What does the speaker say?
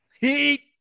heat